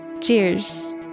Cheers